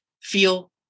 feel